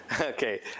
okay